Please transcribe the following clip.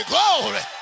Glory